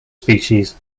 species